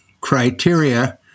criteria